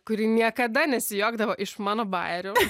kuri niekada nesijuokdavo iš mano bajerių